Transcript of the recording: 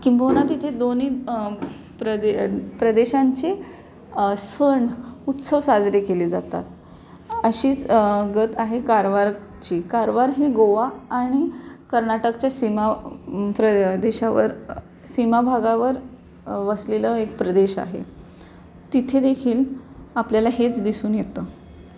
किंबहुना तिथे दोन्ही प्रदे प्रदेशांचे सण उत्सव साजरे केले जातात अशीच गत आहे कारवारची कारवार हे गोवा आणि कर्नाटकच्या सीमा प्रदेशावर सीमाभागावर वसलेलं एक प्रदेश आहे तिथेदेखील आपल्याला हेच दिसून येतं